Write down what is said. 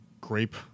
grape